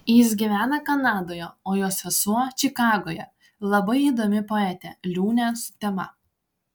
jis gyvena kanadoje o jo sesuo čikagoje labai įdomi poetė liūnė sutema